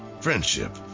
friendship